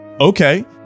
Okay